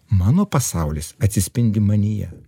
mano pasaulis atsispindi manyje